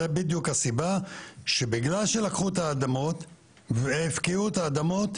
זו בדיוק הסיבה שבגלל שלקחו את האדמות והפקיעו את האדמות,